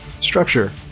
structure